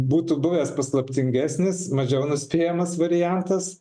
būtų buvęs paslaptingesnis mažiau nuspėjamas variantas